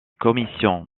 commissions